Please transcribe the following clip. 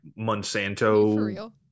Monsanto